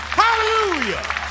hallelujah